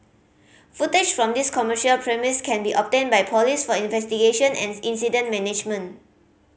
footage from these commercial premise can be obtained by police for investigation and incident management